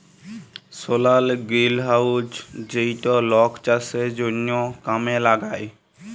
সলার greenhouse যেইটা লক চাষের জনহ কামে লাগায়